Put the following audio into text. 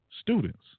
students